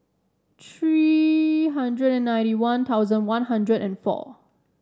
three hundred and ninety One Thousand One Hundred and four